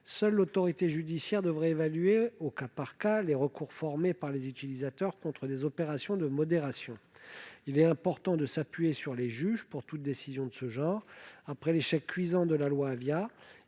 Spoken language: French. Seule l'autorité judiciaire devrait évaluer au cas par cas les recours formés par les utilisateurs contre les opérations de modération. Il est important de s'appuyer sur les juges pour toute décision de ce genre. Après l'échec cuisant de la loi Avia,